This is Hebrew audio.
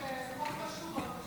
התשפ"ד 2023, לקריאה השנייה והשלישית.